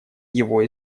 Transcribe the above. его